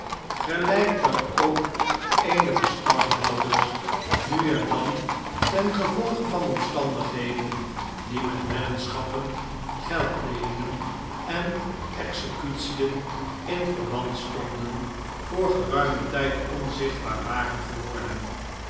gelijk dan ook eenige stamhouders nu en dan tengevolge van omstandigheden die met weddenschappen geldleeningen en executien in verband stonden voor geruimen tijd onzichtbaar waren geworden